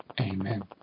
Amen